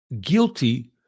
guilty